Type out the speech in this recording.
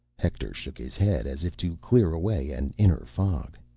hector shook his head, as if to clear away an inner fog.